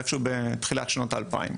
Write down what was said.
איפשהו בתחילת שנות ה-2000,